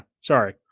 sorry